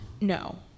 No